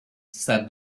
said